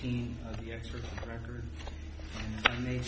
he made